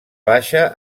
baixa